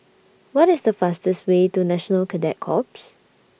What IS The fastest Way to National Cadet Corps